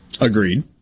Agreed